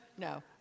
No